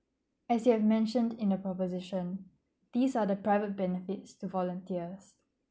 as it had mentioned in the proposition these are the private benefits to volunteers